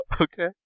Okay